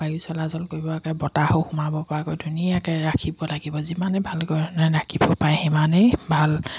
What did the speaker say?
বায়ু চলাচল কৰিব পৰাকৈ বতাহো সোমাব পৰাকৈ ধুনীয়াকৈ ৰাখিব লাগিব যিমানে ভাল ধৰণে ৰাখিব পাৰে সিমানেই ভাল